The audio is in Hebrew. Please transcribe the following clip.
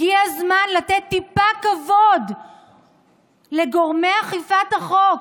הגיע הזמן לתת טיפה כבוד לגורמי אכיפת החוק,